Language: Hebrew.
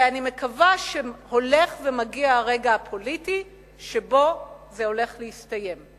ואני מקווה שהולך ומגיע הרגע הפוליטי שבו זה הולך להסתיים.